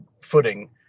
footing